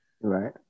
Right